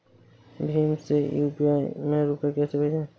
भीम से यू.पी.आई में रूपए कैसे भेजें?